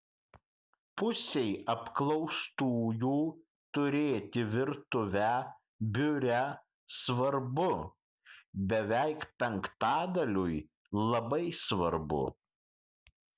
pusei apklaustųjų turėti virtuvę biure svarbu beveik penktadaliui labai svarbu